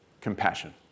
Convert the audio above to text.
compassion